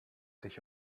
sich